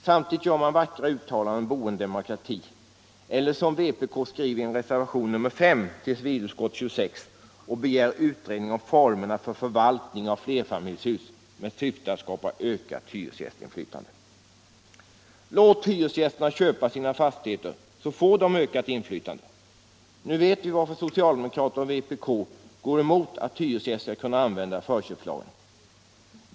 Samtidigt gör man vackra uttalanden om boendedemokrati, eller man gör som vpk i reservationen 5 till civilutskottets betänkande nr 26, där man begär utredning om formerna för förvaltning av flerfamiljshus med syfte att skapa ökat hyresgästinflytande. Låt hyresgästerna köpa sina fastigheter, så får de ökat inflytande! Nu vet vi varför socialdemokrater och vpk går emot att hyresgäster skall kunna använda förköpslagen.